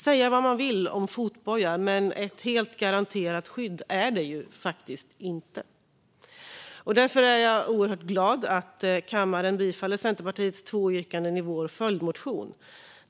Säga vad man vill om fotboja, men ett helt garanterat skydd är det faktiskt inte. Därför är jag oerhört glad att kammaren tillstyrker de två yrkandena i Centerpartiets följdmotion.